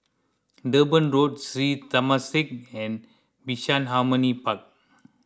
Durban Road Sri Temasek and Bishan Harmony Park